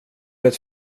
det